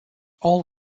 all